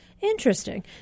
interesting